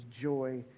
joy